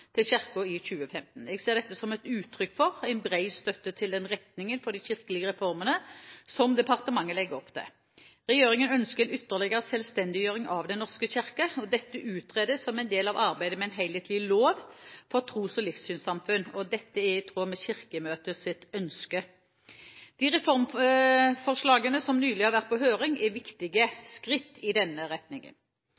til Kirken i 2015. Jeg ser dette som et uttrykk for en bred støtte til den retningen for de kirkelige reformene som departementet legger opp til. Regjeringen ønsker en ytterligere selvstendiggjøring av Den norske kirke, og dette utredes som en del av arbeidet med en helhetlig lov om tros- og livssynssamfunn. Dette er i tråd med Kirkemøtets ønske. Reformforslagene som nylig har vært på høring, er viktige